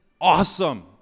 awesome